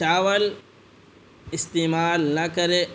چاول استعمال نہ کرے